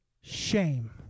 shame